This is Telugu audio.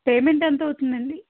పేమెంట్ ఎంత అవుతుందండి